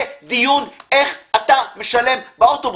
זה דיון על איך משלמים באוטובוסים.